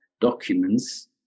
documents